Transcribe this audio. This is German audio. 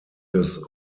des